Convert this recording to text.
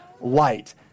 light